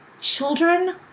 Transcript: children